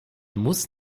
muss